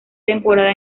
temporada